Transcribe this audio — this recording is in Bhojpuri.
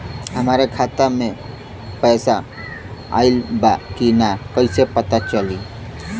हमरे खाता में पैसा ऑइल बा कि ना कैसे पता चली?